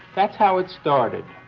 that's how it started.